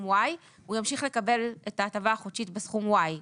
Y הוא ימשיך לקבל את ההטבה החודשית בסכום Y,